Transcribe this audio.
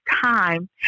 time